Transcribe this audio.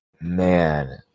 man